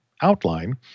outline